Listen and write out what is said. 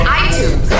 iTunes